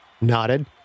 nodded